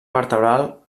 vertebral